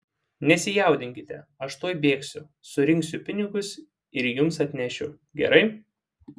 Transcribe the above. nesijaudinkite aš tuoj bėgsiu surinksiu pinigus ir jums atnešiu gerai